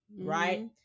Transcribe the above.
right